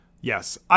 yes